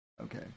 Okay